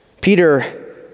Peter